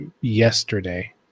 yesterday